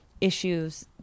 issues